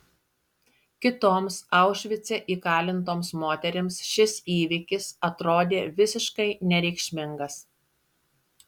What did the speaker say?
kitoms aušvice įkalintoms moterims šis įvykis atrodė visiškai nereikšmingas